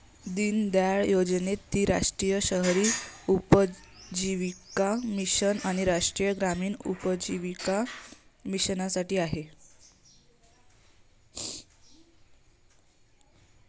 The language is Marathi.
दीनदयाळ योजनेत ती राष्ट्रीय शहरी उपजीविका मिशन आणि राष्ट्रीय ग्रामीण उपजीविका मिशनसाठी आहे